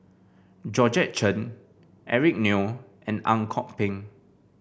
Georgette Chen Eric Neo and Ang Kok Peng